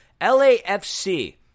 LAFC